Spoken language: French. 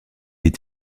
est